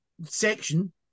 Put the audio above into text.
section